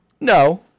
No